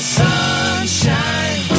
sunshine